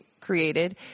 created